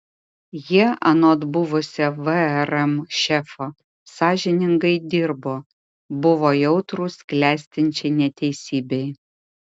jie anot buvusio vrm šefo sąžiningai dirbo buvo jautrūs klestinčiai neteisybei